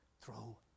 Throw